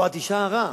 או את אשה הרה?